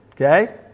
okay